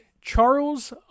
Charles